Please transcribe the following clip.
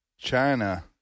China